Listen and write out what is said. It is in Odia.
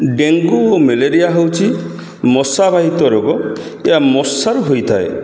ଡେଙ୍ଗୁ ଓ ମ୍ୟାଲେରିଆ ହେଉଛି ମଶାବାହିତ ରୋଗ ଏହା ମଶାରୁ ହୋଇଥାଏ